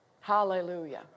Hallelujah